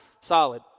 Solid